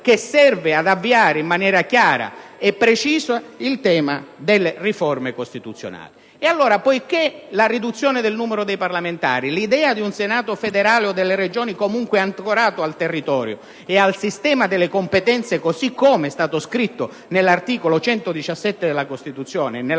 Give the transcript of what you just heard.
che serve ad avviare in maniera chiara e precisa il tema delle riforme costituzionali. La riduzione del numero dei parlamentari, l'idea di un Senato federale o delle Regioni, comunque ancorato al territorio e al sistema delle competenze, così come è stato scritto nell'articolo 117 della Costituzione, nella